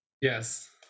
Yes